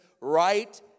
right